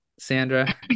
Sandra